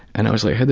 and i was like,